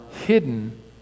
hidden